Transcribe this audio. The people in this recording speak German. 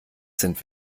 sind